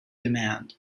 demand